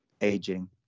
aging